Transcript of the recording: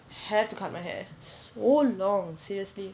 have to cut my hair so long seriously